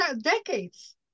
Decades